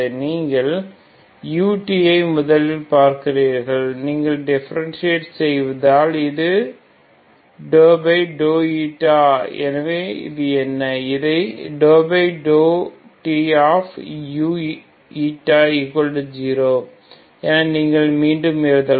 நீங்கள் u ஐ முதலில் பார்க்கிறீர்கள் நீங்கள் டிபரன்ஷியேட் செய்தால் இது எனவே இது என்ன இதை u0 என நீங்கள் மீண்டும் எழுதலாம்